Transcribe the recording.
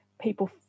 people